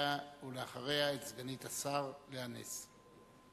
ואחריה, את סגנית השר לאה נס.